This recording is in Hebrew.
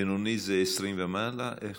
בינוני זה 20 ומעלה, איך?